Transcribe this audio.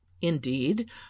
indeed